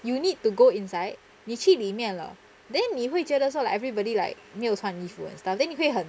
you need to go inside 你去里面了 then 你会觉得说 like everybody like 没有穿衣服 and stuff then 你会很